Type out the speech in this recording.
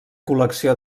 col·lecció